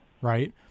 right